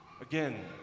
Again